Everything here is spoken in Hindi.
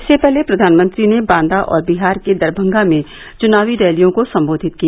इससे पहले प्रधानमंत्री ने बांदा और बिहार के दरमंगा में चुनावी रैलियों को सम्बोधित किया